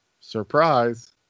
surprise